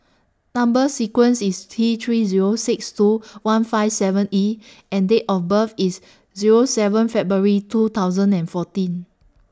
Number sequence IS T three Zero six two one five seven E and Date of birth IS Zero seven February two thousand and fourteen